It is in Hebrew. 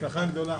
בהצלחה גדולה.